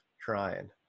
Trying